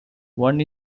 one